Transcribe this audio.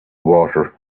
water